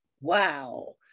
wow